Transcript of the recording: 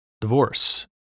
divorce